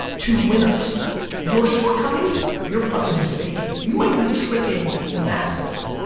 two winners your shortcomings, you're fucking mistaken, you might be tricking the masses,